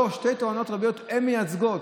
לא, שתי טוענות רבניות, הן מייצגות.